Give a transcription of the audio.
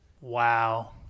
wow